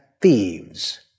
thieves